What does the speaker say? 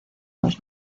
los